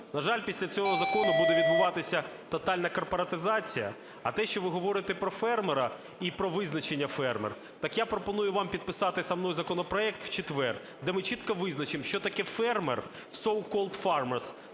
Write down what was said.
На жаль, після цього закону буде відбуватися тотальна корпоратизація. А те, що ви говорите про фермера і про визначення "фермер", так я пропоную вам підписати зі мною законопроект в четвер, де ми чітко визначимо, що таке "фермер" (sold col farmers